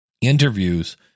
interviews